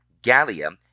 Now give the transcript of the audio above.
gallium